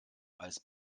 als